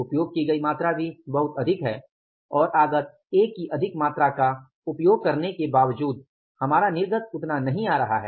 उपयोग की गई मात्रा भी बहुत अधिक है और आगत ए की अधिक मात्रा का उपयोग करने के बावजूद हमारा निर्गत उतना नहीं आ रहा है